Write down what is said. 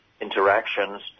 interactions